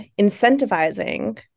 incentivizing